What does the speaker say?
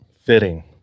Fitting